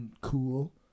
Cool